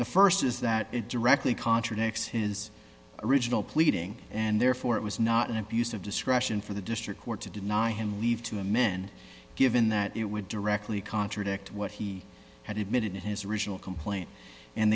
the st is that it directly contradicts his original pleading and therefore it was not an abuse of discretion for the district court to deny him leave to men given that it would directly contradict what he had admitted in his original complaint and